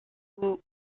who